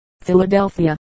Philadelphia